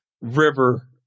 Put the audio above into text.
river